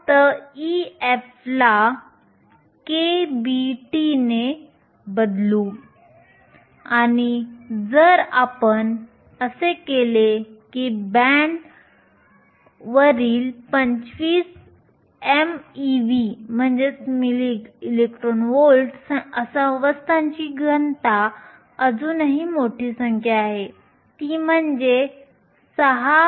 फक्त Ef ला kBT ने बदलू आणि जर आपण असे केले की बँड वरील 25 mev अवस्थांची घनता अजूनही मोठी संख्या आहे ती म्हणजे 6